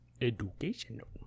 Educational